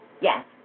Yes